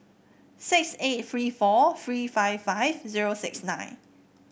six eight three four three five five zero six nine